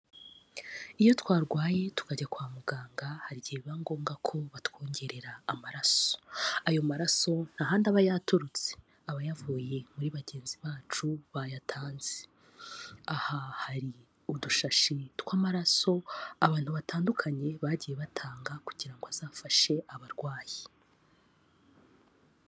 Iyo twarwaye tukajya kwa muganga hari igihe biba ngombwa ko batwongerera amaraso, ayo maraso nta handi aba yaturutse, aba yavuye muri bagenzi bacu bayatanze, aha hari udushashi tw'amaraso abantu batandukanye bagiye batanga kugira ngo azafashe abarwayi.